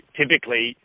typically